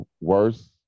worse